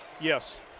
Yes